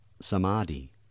samadhi